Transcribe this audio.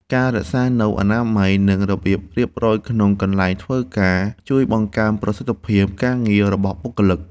ការរក្សានូវអនាម័យ និងរបៀបរៀបរយក្នុងកន្លែងធ្វើការជួយបង្កើនប្រសិទ្ធភាពការងាររបស់បុគ្គលិក។